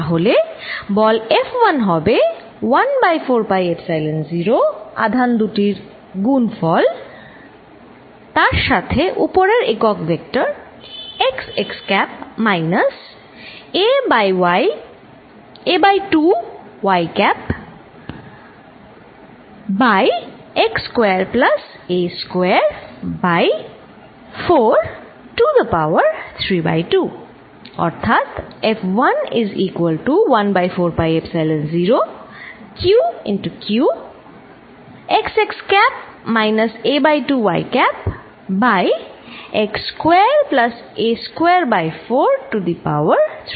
তাহলে বল F1 হবে 1 বাই 4 পাই এপসাইলন0 আধান দুটির গুণফলQq তার সাথে উপরের একক vector xx cap minus a by 2 y cap ভাগ x square plus a square by 4 to the power 32